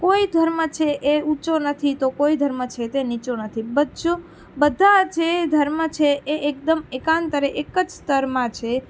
કોઈ ધર્મ છે એ ઊંચો નથી તો કોઈ ધર્મ છે તે નીચો નથી બચ્ચો બધા જે ધર્મ છે એ એકદમ એકાંતરે એક જ સ્તરમાં છે